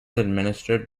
administered